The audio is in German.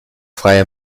freie